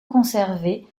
conservée